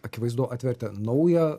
akivaizdu atvertė naują